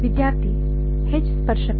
ವಿದ್ಯಾರ್ಥಿ H ಸ್ಪರ್ಶಕ